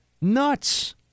nuts